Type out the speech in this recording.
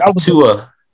Tua